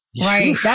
Right